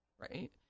Right